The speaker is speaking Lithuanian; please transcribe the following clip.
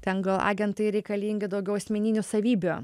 ten gal agentai reikalingi daugiau asmeninių savybių